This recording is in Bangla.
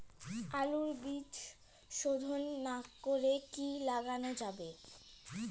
আলুর বীজ শোধন না করে কি লাগানো যাবে?